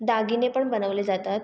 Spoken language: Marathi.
दागिने पण बनवले जातात